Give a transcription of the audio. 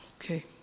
Okay